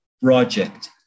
project